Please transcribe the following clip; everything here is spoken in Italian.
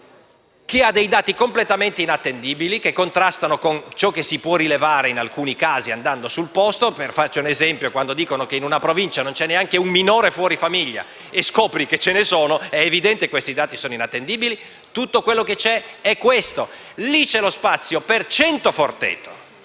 cui dati sono completamente inattendibili in quanto contrastano con ciò che si può rilevare in alcuni casi andando sul posto. Faccio un esempio: quando dicono che in una provincia non c'è neanche un minore fuori famiglia e poi si scopre che ce ne sono, è evidente che questi dati sono inattendibili. Tutto quello che c'è è questo. Lì c'è lo spazio per cento strutture